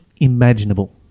imaginable